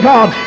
God